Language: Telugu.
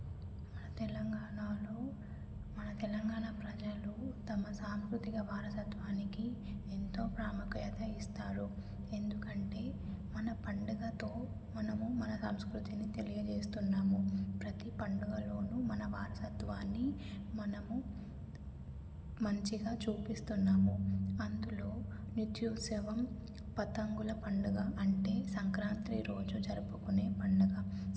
మన తెలంగాణాలో మన తెలంగాణ ప్రజలు తమ సాంస్కృతిక వారసత్వానికి ఎంతో ప్రాముఖ్యత ఇస్తారు ఎందుకంటే మన పండగతో మనము మన సంస్కృతిని తెలియజేస్తున్నాము ప్రతీ పండగలోనూ మన వారసత్వాన్ని మనము మంచిగా చూపిస్తున్నాము అందులో నృత్యోత్సవం పతంగుల పండగ అంటే సంక్రాంత్రి రోజు జరుపుకునే పండగ